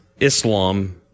Islam